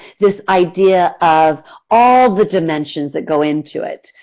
this idea of all the dimensions that go into it.